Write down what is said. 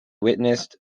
witnessed